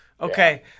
okay